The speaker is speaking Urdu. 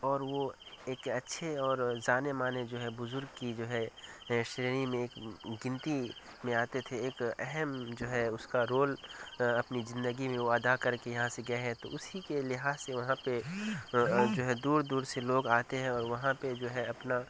اور وہ ایک اچھے اور جانے مانے جو ہے بزرگ کی جو ہے شرینی میں ایک گنتی میں آتے تھے ایک اہم جو ہے اس کا رول اپنی زندگی میں وہ ادا کر کے یہاں سے گئے ہیں تو اسی کے لحاظ سے وہاں پہ اور جو ہے دور دور سے لوگ آتے ہیں اور وہاں پہ جو ہے اپنا